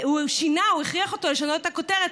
הוא שינה, הוא הכריח אותו לשנות את הכותרת.